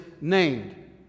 named